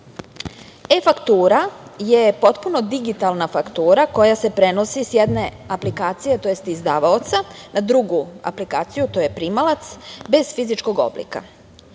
E-faktura je potpuno digitalna faktura, koja se prenosi s jedne aplikacije tj. izdavaoca na drugu aplikaciju, to je primalac, bez fizičkog oblika,